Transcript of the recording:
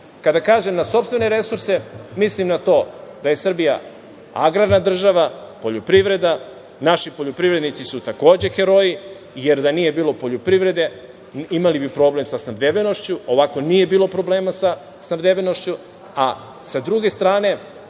kažem na sopstvene resurse mislim na to da je Srbija agrarna država, poljoprivreda. Naši poljoprivrednici su takođe heroji, jer da nije bilo poljoprivrede imali bi problem sa snabdevenošću, ovako nije bilo problema sa snabdevenošću. Sa druge stane,